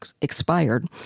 expired